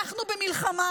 אנחנו במלחמה